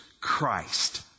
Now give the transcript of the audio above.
Christ